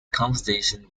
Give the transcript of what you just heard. conversation